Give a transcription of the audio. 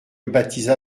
baptisa